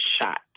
shot